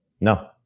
No